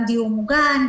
גם דיור מוגן,